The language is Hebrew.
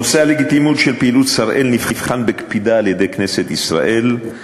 נושא הלגיטימיות של פעילות "שראל" נבחן בקפידה על-ידי כנסת ישראל,